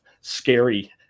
scary